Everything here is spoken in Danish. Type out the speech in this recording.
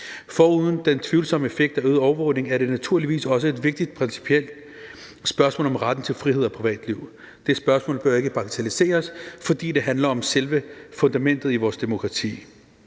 Foruden den tvivlsomme effekt af øget overvågning er det naturligvis også et vigtigt principielt spørgsmål om retten til frihed og privatliv. Det spørgsmål bør ikke bagatelliseres, fordi det handler om selve fundamentet i vores demokrati.